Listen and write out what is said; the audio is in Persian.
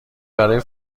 برای